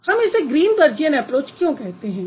हम इसे Greenbergian approach क्यों कहते है